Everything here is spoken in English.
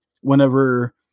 whenever